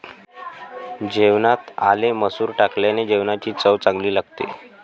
जेवणात आले मसूर टाकल्याने जेवणाची चव चांगली लागते